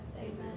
Amen